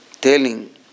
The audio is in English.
telling